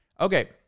Okay